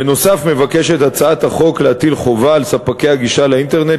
בנוסף מבקשת הצעת החוק להטיל חובה על ספקי הגישה לאינטרנט